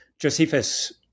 Josephus